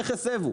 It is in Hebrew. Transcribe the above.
איך הסבו,